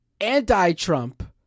anti-Trump